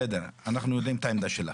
בסדר, אנחנו יודעים את העמדה שלך.